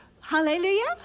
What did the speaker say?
Hallelujah